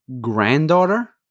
granddaughter